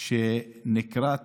שנקראת